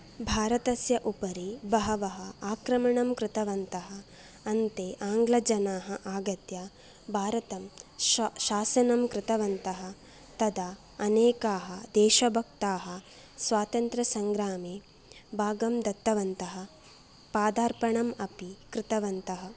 भारतस्य उपरि बहवः आक्रमणं कृतवन्तः अन्ते आङ्ग्लजनाः आगत्य भारतं शासनं कृतवन्तः तदा अनेकाः देशभक्ताः स्वातन्त्र्यसङ्ग्रामे भागं दत्तवन्तः पादार्पणम् अपि कृतवन्तः